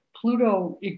Pluto